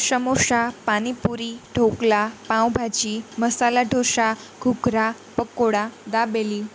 સમોસાં pani puri dhokla pav bhaji masala dosa ghughra pakoda dabeli